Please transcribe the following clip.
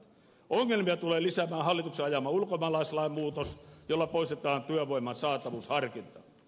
ongelmia tulee lisäämään hallituksen ajama ulkomaalaislain muutos jolla poistetaan työvoiman saatavuusharkinta